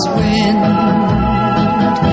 wind